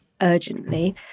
urgently